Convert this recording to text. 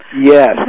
Yes